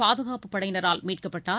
பாதுகாப்புப் படையினரால் மீட்கப்பட்டார்